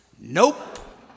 nope